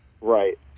Right